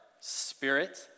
spirit